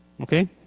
Okay